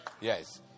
Yes